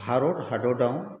भारत हादराव